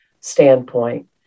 standpoint